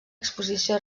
exposició